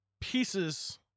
pieces